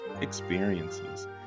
experiences